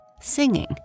singing